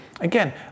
again